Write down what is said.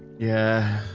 yeah